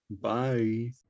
bye